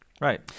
Right